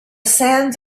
sand